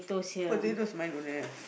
potatoes mine don't have